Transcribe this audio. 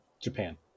Japan